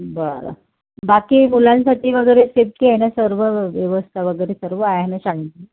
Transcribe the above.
बरं बाकी मुलांसाठी वगै सेफटी आहे ना सर्व व्यवस्था वगैरे सर्व आहे ना शांती